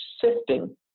sifting